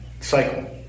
cycle